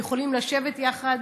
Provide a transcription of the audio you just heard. הם יכולים לשבת יחד,